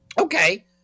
Okay